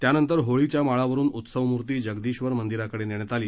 त्यानंतर होळीच्या माळावरून उत्सव मूर्ती जगदीश्वर मंदिराकडे नेण्यात आली